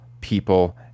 people